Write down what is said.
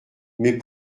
mais